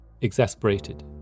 Exasperated